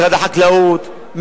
משרד החקלאות,